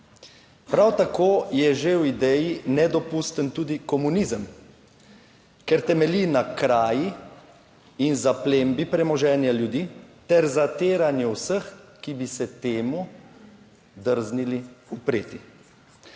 prav tako je že v ideji nedopusten tudi komunizem, ker temelji na kraji In zaplembi premoženja ljudi ter zatiranju vseh, ki bi se temu drznili upreti.